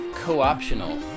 co-optional